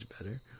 better